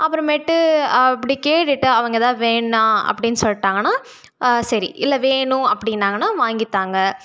அப்புறமேட்டு அப்படி கேட்டுவிட்டு அவங்கள் ஏதாது வேணாம் அப்டின்னு சொல்லிட்டாங்கன்னா சரி இல்லை வேணும் அப்படின்னாங்கன்னா வாங்கி தாங்க